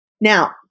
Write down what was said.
Now